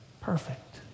perfect